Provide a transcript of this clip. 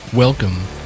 Welcome